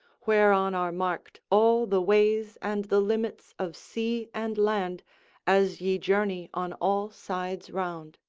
whereon are marked all the ways and the limits of sea and land as ye journey on all sides round.